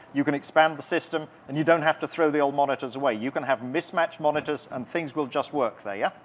you can expand the system, and you don't have to throw the old monitors away. you can have mismatched monitors and things will just work there, yeah?